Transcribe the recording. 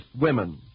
women